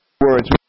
words